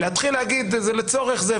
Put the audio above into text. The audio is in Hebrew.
אבל להתחיל להגיד "לצורך זה,